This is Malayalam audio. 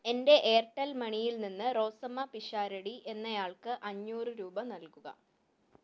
എൻ്റെ എയർടെൽ മണിയിൽ നിന്ന് റോസമ്മ പിഷാരടി എന്നയാൾക്ക് അഞ്ഞൂറ് രൂപ നൽകുക